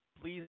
please